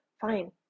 fine